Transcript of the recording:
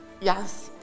yes